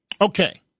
Okay